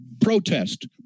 protest